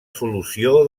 solució